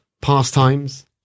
pastimes